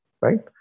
right